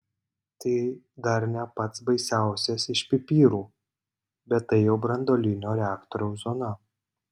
tai dar ne pats baisiausias iš pipirų bet tai jau branduolinio reaktoriaus zona